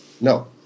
No